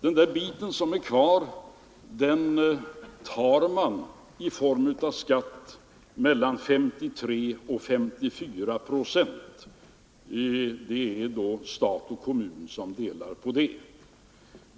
På den bit som är kvar tar man mellan 53 och 54 procent i form av skatt. Det är stat och kommun som delar på detta.